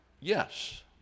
Yes